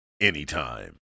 anytime